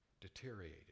deteriorated